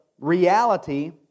reality